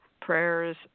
prayers